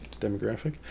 demographic